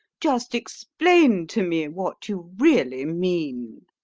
just explain to me what you really mean.